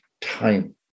time